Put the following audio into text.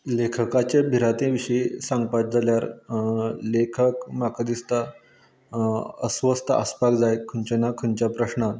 लेखकाचे भिरांते विशीं सांगपाचें जाल्यार लेखक म्हाका दिसता अस्वस्थ आसपाक जाय खंयच्या ना खंयच्या प्रस्नांत